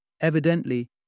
Evidently